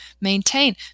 maintain